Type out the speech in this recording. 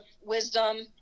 wisdom